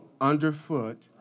underfoot